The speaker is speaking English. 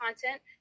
content